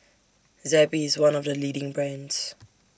Zappy IS one of The leading brands